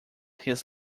his